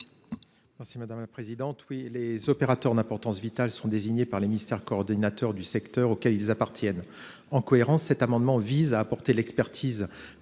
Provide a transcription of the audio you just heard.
M. Olivier Cadic. Les opérateurs d’importance vitale (OIV) sont désignés par les ministères coordonnateurs du secteur auxquels ils appartiennent. En cohérence, cet amendement vise à mettre l’expertise